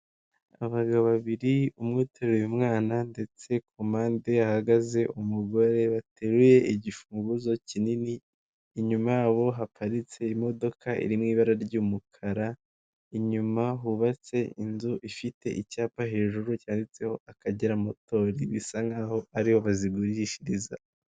Abagabo babiri umwe uteruye umwana ndetse ku mpande ahagaze umugore bateruye igifunguzo kinini inyuma yabo haparitse imodoka iri mu ibara ry'umukara inyuma hubatse inzu ifite icyapa hejuru cyanditseho akagera motori bisa nkaho'aho ariho bazigurishiriza.